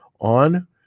on